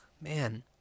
Man